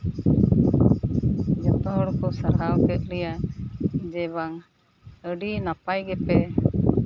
ᱡᱷᱚᱛᱚ ᱦᱚᱲ ᱠᱚ ᱥᱟᱨᱦᱟᱣ ᱠᱮᱫ ᱞᱮᱭᱟ ᱡᱮ ᱵᱟᱝ ᱟᱹᱰᱤ ᱱᱟᱯᱟᱭ ᱜᱮᱯᱮ